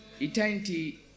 Eternity